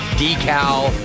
decal